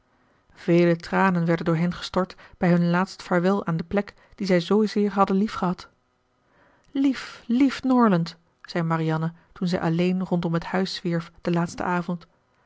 vele tranen werden door hen gestort bij hun laatst vaarwel aan de plek die zij zoozeer hadden liefgehad lief lief norland zei marianne toen zij alleen rondom het huis zwierf den laatsten avond